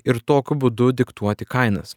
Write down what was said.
ir tokiu būdu diktuoti kainas